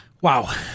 Wow